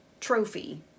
trophy